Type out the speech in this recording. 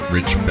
Rich